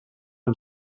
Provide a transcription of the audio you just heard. amb